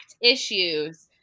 issues